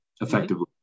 effectively